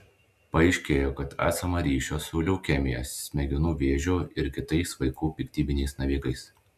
paaiškėjo kad esama ryšio su leukemija smegenų vėžiu ir kitais vaikų piktybiniais navikais